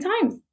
times